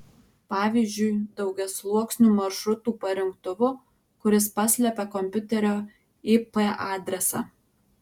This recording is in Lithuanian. pavyzdžiui daugiasluoksniu maršrutų parinktuvu kuris paslepia kompiuterio ip adresą